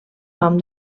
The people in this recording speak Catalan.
nom